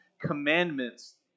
commandments